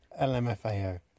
LMFAO